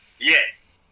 Yes